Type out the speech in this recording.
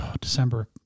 December